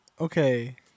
Okay